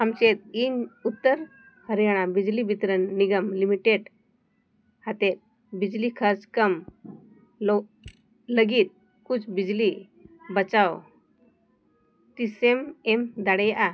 ᱟᱢ ᱪᱮᱫ ᱤᱧ ᱩᱛᱛᱚᱨ ᱦᱚᱨᱤᱭᱟᱱᱟ ᱵᱤᱡᱽᱞᱤ ᱵᱤᱛᱚᱨᱚᱱ ᱱᱤᱜᱚᱢ ᱞᱤᱢᱤᱴᱮᱹᱰ ᱦᱚᱛᱮᱜ ᱵᱤᱡᱽᱞᱤ ᱠᱷᱳᱡᱽ ᱠᱚᱢ ᱞᱳᱜ ᱞᱟᱹᱜᱤᱫ ᱠᱩᱪ ᱵᱤᱡᱽᱞᱤ ᱵᱟᱪᱟᱣ ᱛᱤᱥᱮᱢ ᱮᱢ ᱫᱟᱲᱮᱭᱟᱜᱼᱟ